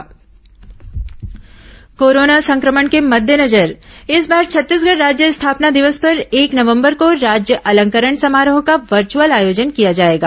राज्य अलंकरण समारोह कोरोना संक्रमण के मद्देनजर इस बार छत्तीसगढ़ राज्य स्थापना दिवस पर एक नवंबर को राज्य अलंकरण समारोह का वर्च अल आयोजन किया जाएगा